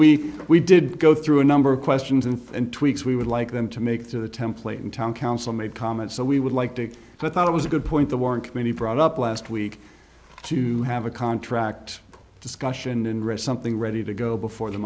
we we did go through a number of questions and and tweaks we would like them to make to the template in town council made comments so we would like to but i thought it was a good point the warren committee brought up last week to have a contract discussion and read something ready to go before the